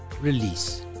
release